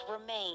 remain